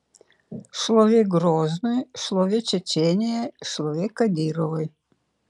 šlovė groznui šlovė čečėnijai šlovė kadyrovui